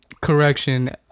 Correction